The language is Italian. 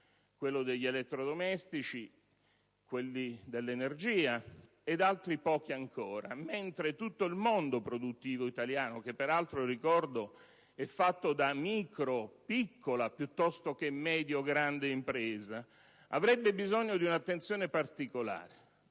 quello degli elettrodomestici, dell'energia e pochi altri ancora. Tutto il mondo produttivo italiano, che peraltro - lo ricordo - è fatto da micro-piccole piuttosto che da medio-grandi imprese, avrebbe bisogno di una attenzione particolare,